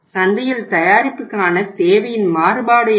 சந்தையில் தயாரிப்புக்கான தேவையின் மாறுபாடு என்ன